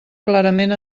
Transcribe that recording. clarament